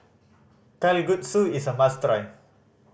kalguksu is a must try